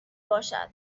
باشد